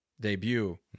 debut